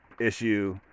issue